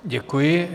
Děkuji.